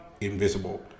invisible